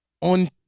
on